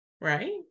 right